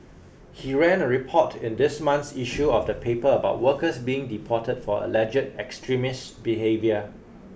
he ran a report in this month's issue of the paper about workers being deported for alleged extremist behaviour